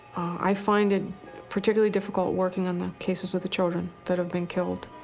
i find it particularly difficult working on the cases with the children that have been killed.